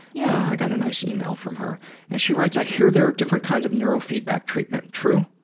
yeah i got a nice email from her and she writes, i hear there are different kinds of neurofeedback treatment. true?